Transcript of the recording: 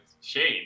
Shane